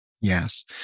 Yes